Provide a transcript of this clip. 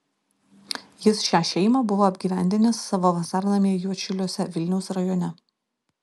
jis šią šeimą buvo apgyvendinęs savo vasarnamyje juodšiliuose vilniaus rajone